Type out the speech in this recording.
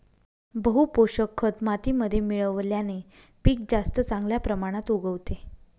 बहू पोषक खत मातीमध्ये मिळवल्याने पीक जास्त चांगल्या प्रमाणात उगवते